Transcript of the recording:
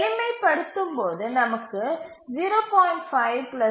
எளிமைப்படுத்தும் போது நமக்கு 0